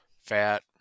fat